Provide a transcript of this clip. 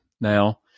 Now